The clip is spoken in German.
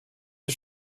die